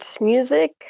music